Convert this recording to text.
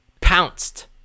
pounced